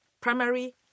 primary